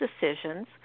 decisions